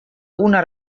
una